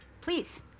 please